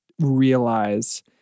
realize